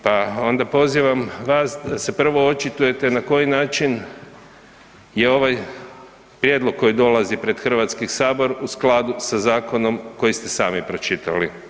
Pa onda pozivam vas da se prvo očitujete na koji način je ovaj prijedlog koji dolazi pred HS u skladu sa zakonom koji ste sami pročitali.